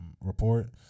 report